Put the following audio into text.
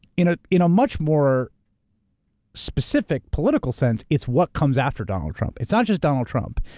in a you know much more specific political sense it's what comes after donald trump. it's not just donald trump.